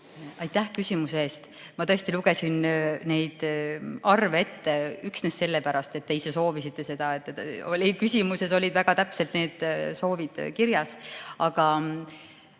Aitäh küsimuse eest! Ma lugesin need arvud ette üksnes sellepärast, et te ise soovisite seda. Küsimuses olid väga täpselt need soovid kirjas. Aga